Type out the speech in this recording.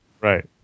Right